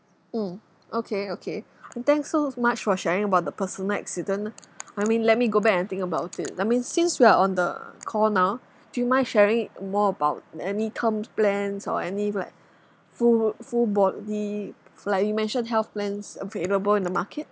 mm okay okay uh thanks so much for sharing about the personal accident I mean let me go back and think about it I mean since we are on the call now do you mind sharing more about any term plans or any like full full body like you mentioned health plans available in the market